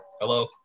Hello